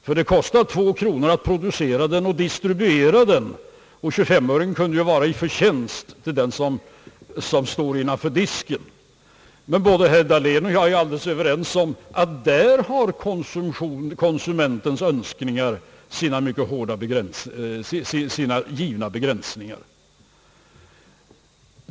2 kronor som det kostar att producera den och distribuera den — 25 öringen kunde ju den få i förtjänst som står innanför disken. Men både herr Dahlén och jag är överens om att därvidlag har konsumentens önskningar sina givna begränsningar.